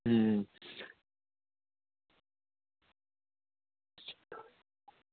अं